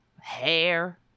hair